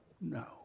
No